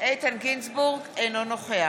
נוכח איתן גינזבורג, אינו נוכח